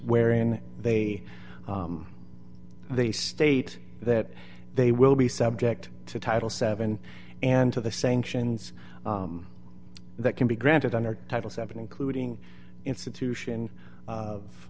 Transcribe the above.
wherein they they state that they will be subject to title seven and to the sanctions that can be granted under title seven including institution